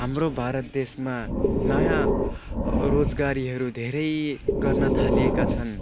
हाम्रो भारत देशमा नयाँ रोजगारीहरू धेरै गर्न थालिएका छन्